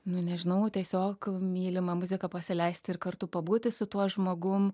nu nežinau tiesiog mylimą muziką pasileist ir kartu pabūti su tuo žmogum